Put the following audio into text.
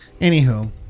anywho